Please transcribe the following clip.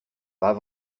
pas